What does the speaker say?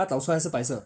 他倒出来是白色